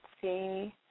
see